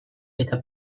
eta